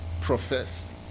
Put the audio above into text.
profess